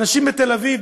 אנשים בתל אביב,